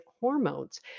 hormones